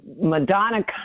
Madonna